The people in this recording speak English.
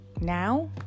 now